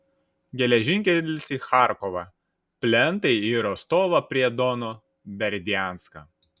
geležinkelis į charkovą plentai į rostovą prie dono berdianską